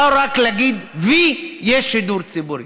לא רק להגיד "וי" יש שידור ציבורי.